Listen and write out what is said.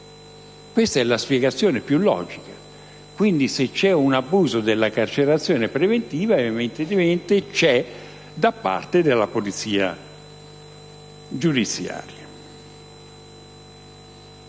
Questa è la spiegazione più logica. Quindi, se c'è un abuso della carcerazione preventiva, evidentemente c'è da parte della polizia giudiziaria.